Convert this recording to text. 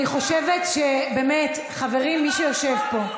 אני חושבת באמת, חברים, מי שיושב פה,